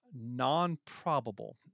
non-probable